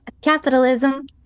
Capitalism